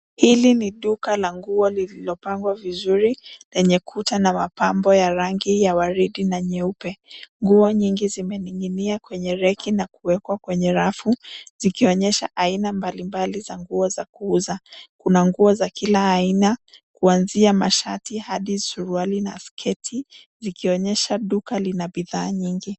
Hili ni duka la nguo lililopangwa vizuri lenye kuta na mapambo ya rangi ya waridi na nyeupe. Nguo nyingi zimening'inia kwenye reki na kuwekwa kwenye rafu zikionyesha aina mbalimbali za nguo za kuuza. Kuna nguo za kila aina kuanzia masharti hadi suruali na sketi zikionyesha duka lina bidhaa nyingi.